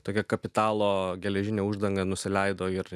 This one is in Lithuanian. tokia kapitalo geležinė uždanga nusileido ir